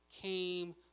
came